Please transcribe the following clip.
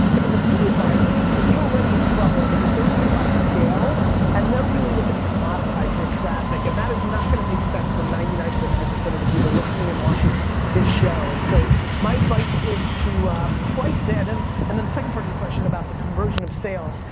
if it's a media buying agency, you're already in trouble because they're looking to buy scale and they're really looking to commoditize your traffic and that is not gonna make sense for ninety nine point nine of the people listening and watching this show and so my advice is to price it and then the the second part of your question about the conversion of sales.